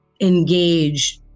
engage